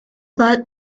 that